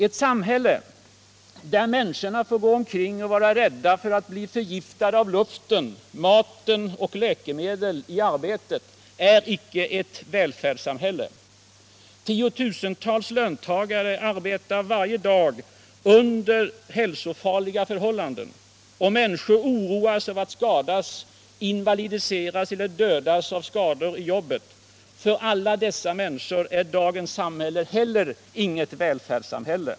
Ett samhälle där människorna får gå omkring och vara rädda att bli förgiftade av luften, maten och läkemedlen eller i arbetet är inte ett välfärdssamhälle. Tiotusentals löntagare arbetar varje dag under hälsofarliga förhållanden. Människor oroas av att skadas, invalidiseras eller dödas i jobbet. För alla dessa människor är dagens samhälle heller inget välfärdssamhälle.